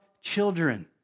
children